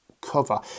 cover